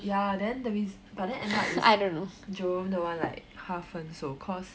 ya then the reas~ but then end up is jerome the one like 跟她分手 cause